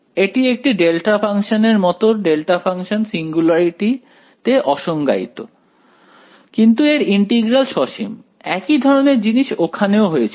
এটি একটি delta function এর মত ডেল্টা ফাংশন সিঙ্গুলারিটিতে অসংজ্ঞায়িত কিন্তু এর ইন্টিগ্রাল সসীম একই ধরনের জিনিস ওখানেও হয়েছিল